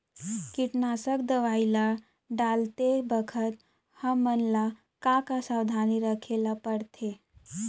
कीटनाशक दवई ल डालते बखत हमन ल का का सावधानी रखें ल पड़थे?